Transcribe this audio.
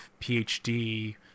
PhD